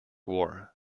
war